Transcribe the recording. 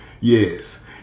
Yes